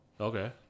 Okay